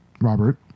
Robert